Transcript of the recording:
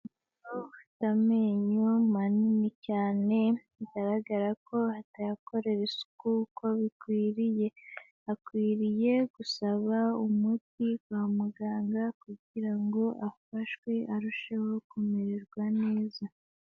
Amenyo manini cyane bigaragara ko atayakorera isuku uko bikwiriye. Akwiriye gusaba umuti kwa muganga kugira ngo afashwe arusheho kumererwa neza.